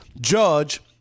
Judge